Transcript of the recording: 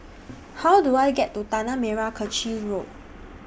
How Do I get to Tanah Merah Kechil Road